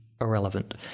irrelevant